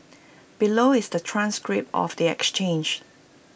below is the transcript of the exchange